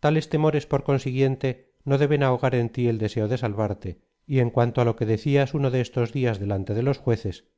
tales temores por consiguiente no deben ahogar en tí el deseo de salvarte y en cuanto á lo que decías uno de estos días delante de los jueces